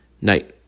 night